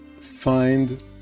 find